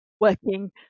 working